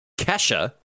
Kesha